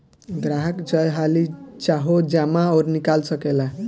ग्राहक जय हाली चाहो जमा अउर निकाल सकेला